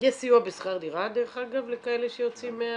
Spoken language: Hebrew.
--- יש סיוע לשכר דירה, דרך אגב, לכאלה שיוצאים?